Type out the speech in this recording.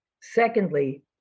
Secondly